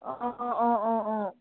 অঁ অঁ অঁ অঁ অঁ